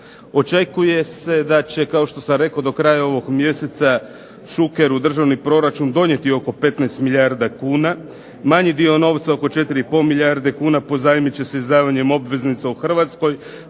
Očekuje se da će kao što sam rekao do kraja ovog mjeseca Šuker u državni proračun donijeti oko 15 milijarda kuna, manji dio novca oko 4 i pol milijarde kuna pozajmit će se izdavanjem obveznica u Hrvatskoj,